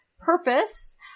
purpose